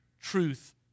truth